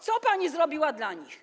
Co pani zrobiła dla nich?